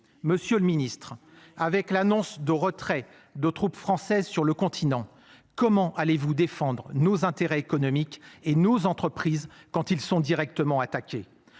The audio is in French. Monsieur le Ministre, avec l'annonce de retrait de troupes françaises sur le continent. Comment allez-vous défendre nos intérêts économiques et nos entreprises quand ils sont directement attaqués.